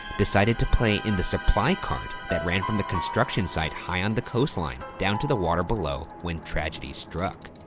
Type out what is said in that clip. decided to play in the supply cart that ran from the construction site high on the coastline coastline down to the water below when tragedy struck.